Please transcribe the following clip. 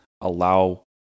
allow